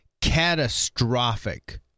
catastrophic